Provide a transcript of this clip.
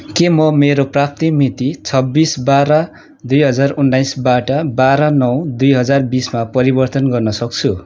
के म मेरो प्राप्ति मिति छब्बिस बाह्र दुई हजार उन्नाइसबाट बाह्र नौ दुई हजार बिसमा परिवर्तन गर्न सक्छु